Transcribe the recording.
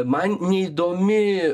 man neįdomi